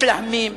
מתלהמים,